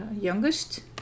youngest